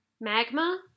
Magma